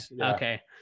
Okay